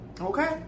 okay